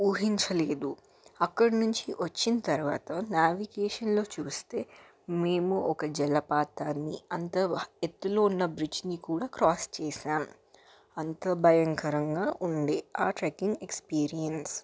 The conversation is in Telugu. ఊహించలేదు అక్కడి నుంచి వచ్చిన తర్వాత నావిగేషన్లో చూస్తే మేము ఒక జలపాతాన్ని అంత ఎత్తులో ఉన్న బ్రిడ్జిని కూడా క్రాస్ చేసాం అంతా భయంకరంగా ఉంది ఆ ట్రెక్కింగ్ ఎక్స్పీరియన్స్